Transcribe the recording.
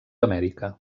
amèrica